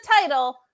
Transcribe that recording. title